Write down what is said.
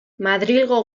madrilgo